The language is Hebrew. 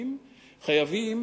בקיבוצים חייבים